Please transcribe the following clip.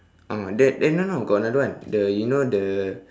ah then eh no no got another one the you know the